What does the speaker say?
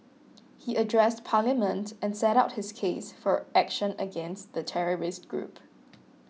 he addressed Parliament and set out his case for action against the terrorist group